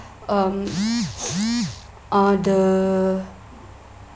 um uh the